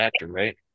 right